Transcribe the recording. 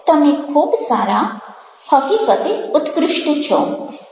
તમે ખૂબ સારા હકીકતે ઉત્કૃષ્ટ છો